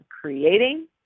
creating